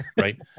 Right